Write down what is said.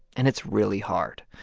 and it's really hard.